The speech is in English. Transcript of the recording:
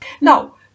Now